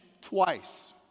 twice